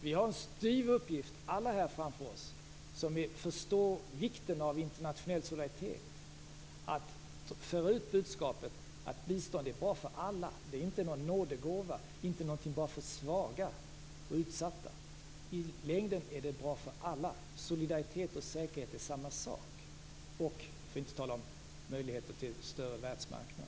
Vi har alla här en styv uppgift framför oss, vi som förstår vikten av internationell solidaritet, att föra ut budskapet att biståndet är bra för alla, att det inte är någon nådegåva och inte någonting bara för svaga och utsatta. I längden är det bra för alla. Med solidaritet och säkerhet är det samma sak, för att inte tala om möjligheter till en större världsmarknad.